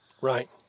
Right